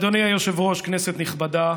אדוני היושב-ראש, כנסת נכבדה,